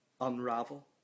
unravel